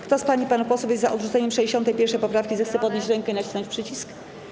Kto z pań i panów posłów jest za odrzuceniem 61. poprawki, zechce podnieść rękę i nacisnąć przycisk.